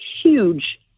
huge